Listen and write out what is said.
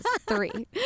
Three